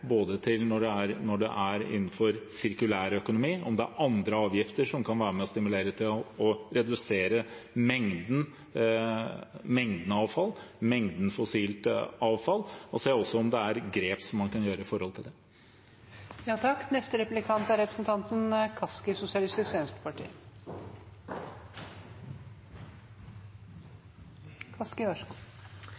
når det er innenfor sirkulærøkonomi, om det er andre avgifter som kan være med og stimulere til å redusere mengden avfall, mengden fossilt avfall, og også se på om det er grep man kan gjøre i forhold til